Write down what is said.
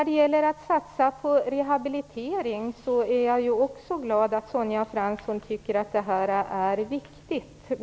Det gläder mig också att Sonja Fransson tycker att det är viktigt att satsa på rehabilitering.